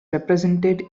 represented